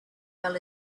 fell